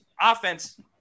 offense